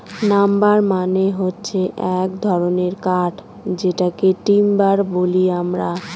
number মানে হচ্ছে এক ধরনের কাঠ যেটাকে টিম্বার বলি আমরা